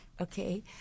okay